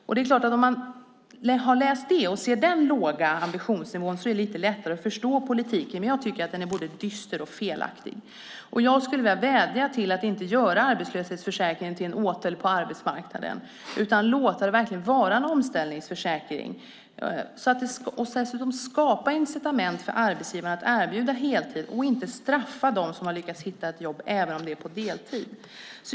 Om man har läst det och ser den låga ambitionsnivån är det lite lättare att förstå politiken, men jag tycker att den är både dyster och felaktig. Jag vill vädja till er att inte göra arbetslöshetsförsäkringen till en åtel på arbetsmarknaden utan verkligen låta den vara en omställningsförsäkring. Skapa incitament för arbetsgivarna att erbjuda heltid! Straffa inte dem som har lyckats hitta ett jobb även om det är på deltid!